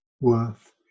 worth